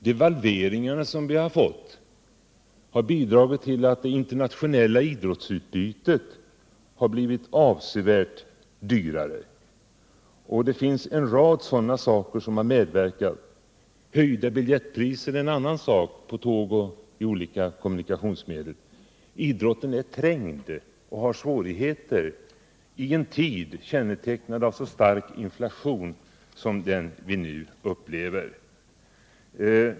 Devalveringarna har bidragit till att det internationella idrottsutbytet har blivit avsevärt dyrare. Det finns en rad saker som har fördyrats,t.ex. biljettpriserna på tåg och andra kommunikationsmedel. Idrotten är trängd och har stora problem — i en tid kännetecknad av så stark inflation som den vi nu upplever.